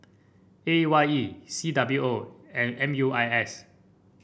A Y E C W O and M U I S